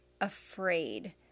afraid